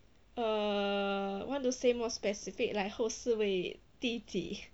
err want to say more specific like 后四位第几